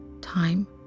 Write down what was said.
time